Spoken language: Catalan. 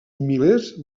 milers